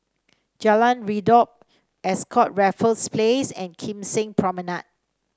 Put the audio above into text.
Jalan Redop Ascott Raffles Place and Kim Seng Promenade